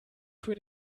für